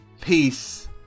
Peace